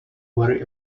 worry